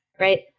right